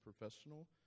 professional